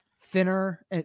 thinner